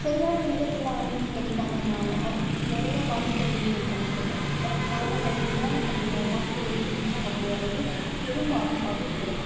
சரியான நேரத்தில் ஆம்புலன்ஸ் கிடைக்காதனால நிறைய பாதிப்பு வந்து ஏற்படுகிறது கரெக்டான டைம்மில் நம்ப ஹாஸ்ப்பிட்டல்க்கு ரீச் ஆக முடியாதது பெரும் பாதிப்பாக இருக்கிறது